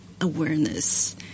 awareness